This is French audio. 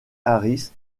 harris